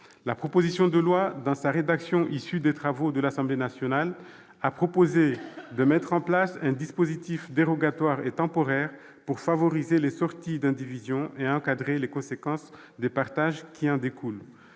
La proposition de loi, dans sa rédaction issue des travaux de l'Assemblée nationale, tendait à mettre en place un dispositif dérogatoire et temporaire pour favoriser les sorties d'indivision et encadrer les conséquences des partages qui en découlent.